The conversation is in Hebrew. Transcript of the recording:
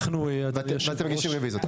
אנחנו --- אתם מגישים רוויזיות.